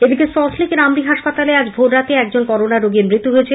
এদিকে সল্টলেকের আমরী হাসপাতালে আজ ভোর রাতে একজন করোনা রোগীর মৃত্যু হয়েছে